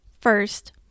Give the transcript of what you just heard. First